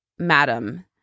Madam